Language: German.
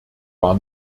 war